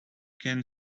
can